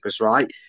right